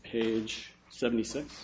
page seventy six